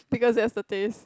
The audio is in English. because that's the taste